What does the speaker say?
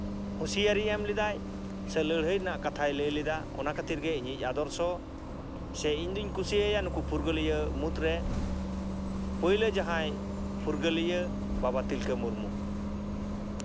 ᱦᱩᱸᱥᱤᱭᱟᱨᱤ ᱮᱢ ᱞᱮᱫᱟᱭ ᱥᱮ ᱞᱟᱹᱲᱦᱟᱹᱭ ᱨᱮᱱᱟᱜ ᱠᱟᱛᱷᱟᱭ ᱞᱟᱹᱭ ᱞᱮᱫᱟ ᱚᱱᱟ ᱠᱷᱟᱹᱛᱤᱨ ᱜᱮ ᱤᱧᱤᱡᱽ ᱟᱫᱚᱨᱥᱚ ᱥᱮ ᱤᱧᱫᱚᱹᱧ ᱠᱩᱥᱤᱭᱟᱭᱟ ᱱᱩᱠᱩ ᱯᱷᱩᱨᱜᱟᱹᱞᱤᱭᱟᱹ ᱢᱩᱫᱽᱨᱮ ᱯᱳᱭᱞᱚ ᱡᱟᱦᱟᱸᱭ ᱯᱷᱩᱨᱜᱟᱹᱞᱤᱭᱟᱹ ᱵᱟᱵᱟ ᱛᱤᱞᱠᱟᱹ ᱢᱩᱨᱢᱩ